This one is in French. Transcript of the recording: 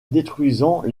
détruisant